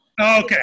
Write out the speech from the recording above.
okay